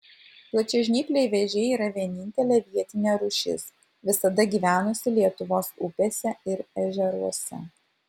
plačiažnypliai vėžiai yra vienintelė vietinė rūšis visada gyvenusi lietuvos upėse ir ežeruose